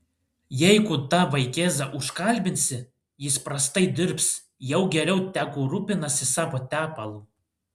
jeigu tą vaikėzą užkalbinsi jis prastai dirbs jau geriau tegu rūpinasi savo tepalu